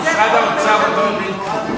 משרד האוצר לא מבין כלום.